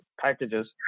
packages